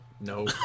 No